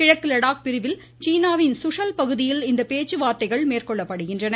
கிழக்கு லடாக் பிரிவில் சீனாவின் சுஷல் பகுதியில் இந்த பேச்சுவார்த்தைகள் மேற்கொள்ளப்படுகின்றன